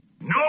No